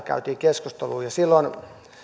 käytiin keskustelua ja silloin